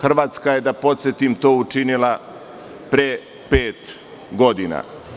Hrvatska je, da podsetim, to učinila pre pet godina.